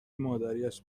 مادریاش